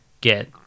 get